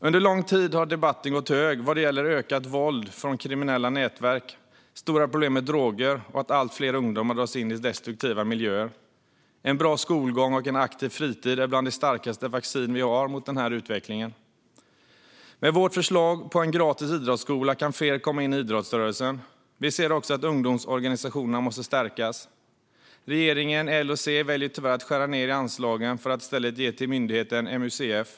Under lång tid har debatten gått hög vad gäller ökat våld från kriminella nätverk, stora problem med droger och att allt fler ungdomar dras in i destruktiva miljöer. En bra skolgång och en aktiv fritid är bland de starkaste vacciner vi har mot den utvecklingen. Med vårt förslag på en gratis idrottsskola kan fler komma in i idrottsrörelsen. Vi ser också att ungdomsorganisationerna måste stärkas. Regeringen, L och C väljer tyvärr att skära ned i anslagen för att i stället ge till myndigheten MUCF.